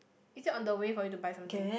is it on the way for you to buy something